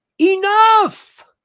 enough